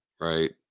right